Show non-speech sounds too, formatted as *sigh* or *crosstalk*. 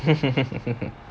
*laughs*